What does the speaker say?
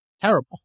terrible